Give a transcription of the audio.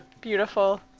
Beautiful